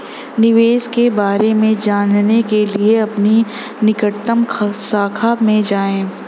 निवेश के बारे में जानने के लिए अपनी निकटतम शाखा में जाएं